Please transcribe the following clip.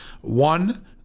one